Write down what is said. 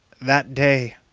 that day,